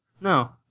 No